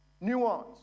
Nuance